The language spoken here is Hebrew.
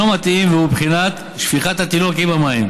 מתאים והוא בבחינת שפיכת התינוק עם המים.